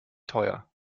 teuer